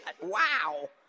Wow